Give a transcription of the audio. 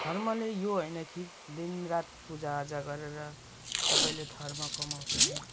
धर्मले यो होइन कि दिन रात पूजाआजा गरेर तपाईँले धर्म कमाउँछ होइन